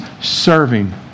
serving